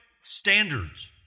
standards